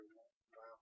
Wow